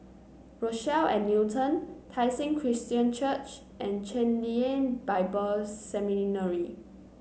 Rochelle at Newton Tai Seng Christian Church and Chen Lien Bible Seminary